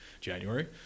january